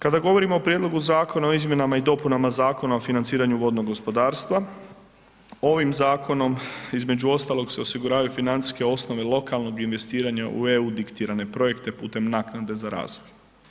Kada govorimo o prijedlogu Zakona o izmjenama i dopunama Zakona o financiranju vodnog gospodarstva, ovim Zakonom između ostalog se osiguravaju financijske osnove lokalnog investiranja u EU diktirane projekte putem naknade za razvoj.